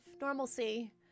normalcy